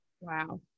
Wow